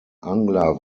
angler